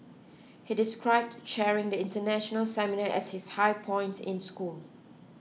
he described chairing the international seminar as his high point in school